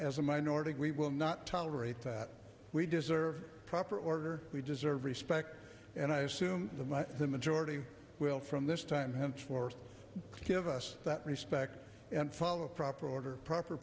as a minority we will not tolerate that we deserve a proper order we deserve respect and i assume the majority will from this time henceforth give us that respect and follow proper order proper